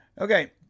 Okay